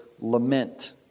lament